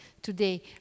Today